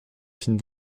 fini